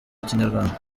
kinyarwanda